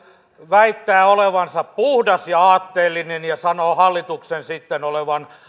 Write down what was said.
väittää olevansa puhdas ja aatteellinen ja sanoo hallituksen olevan